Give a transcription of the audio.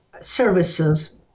services